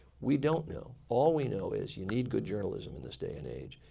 we don't know. all we know is you need good journalism in this day and age.